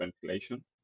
ventilation